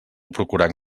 procurant